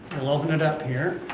we'll open it up here